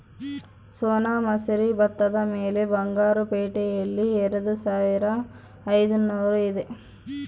ಸೋನಾ ಮಸೂರಿ ಭತ್ತದ ಬೆಲೆ ಬಂಗಾರು ಪೇಟೆಯಲ್ಲಿ ಎರೆದುಸಾವಿರದ ಐದುನೂರು ಇದೆ